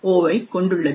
o ஐ கொண்டுள்ளது